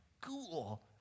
Cool